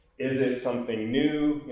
is it something new?